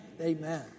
amen